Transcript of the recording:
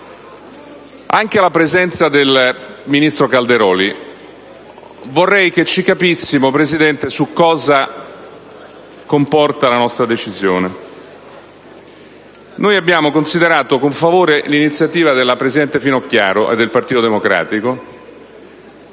Anche alla presenza del ministro Calderoli, vorrei che ci capissimo, Presidente, su cosa comporta la nostra decisione. Noi abbiamo considerato con favore l'iniziativa della presidente Finocchiaro e del Partito Democratico